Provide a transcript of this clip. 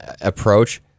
approach